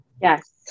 yes